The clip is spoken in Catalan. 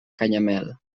canyamel